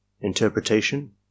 interpretation